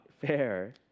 fair